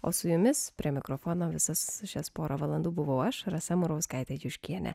o su jumis prie mikrofono visas šias porą valandų buvau aš rasa murauskaitė juškienė